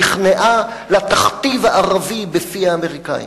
נכנעה לתכתיב הערבי בפי האמריקנים.